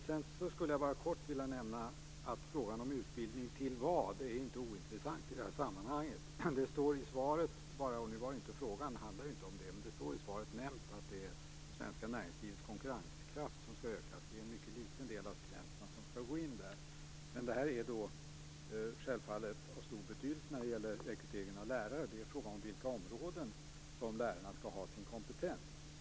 Sedan vill jag bara kort nämna att frågan om vad utbildningen leder till inte är ointressant i sammanhanget. Nu handlar ju inte frågan om det, men det nämns i svaret att det är det svenska näringslivets konkurrenskraft som skall ökas. Det är dock en mycket liten del av studenterna som skall gå in där. Det här är självfallet av stor betydelse när det gäller rekryteringen av lärare. Det är en fråga om på vilka områden lärarna skall ha sin kompetens.